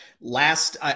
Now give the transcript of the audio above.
last